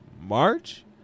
March